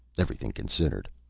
everything considered.